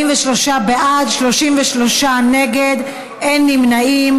43 בעד, 33 נגד, אין נמנעים.